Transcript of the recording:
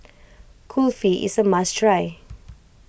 Kulfi is a must try